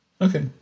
Okay